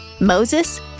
Moses